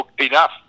enough